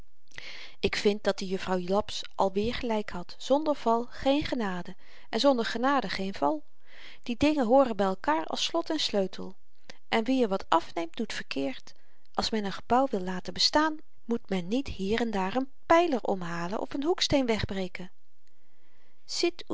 ik vind dat die juffrouw laps alweer gelyk had zonder val geen genade en zonder genade geen val die dingen hooren by elkaar als slot en sleutel en wie er wat afneemt doet verkeerd als men n gebouw wil laten bestaan moet men niet hier en daar n pyler omhalen of n hoeksteen wegbreken